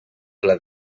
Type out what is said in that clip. pla